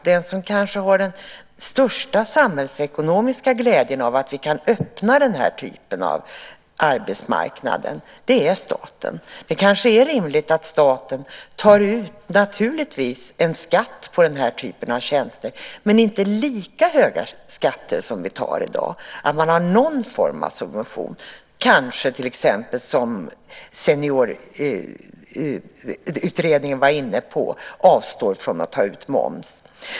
Den som kanske har den största samhällsekonomiska glädjen av att vi kan öppna den här typen av arbetsmarknad är nog staten. Det är rimligt att staten tar ut en skatt på den här typen av tjänster, men det behöver kanske inte vara lika höga skatter som vi tar ut i dag. Man kanske kan ha någon form av subvention, till exempel det som seniorutredningen var inne på, nämligen att man avstår från att ta ut moms.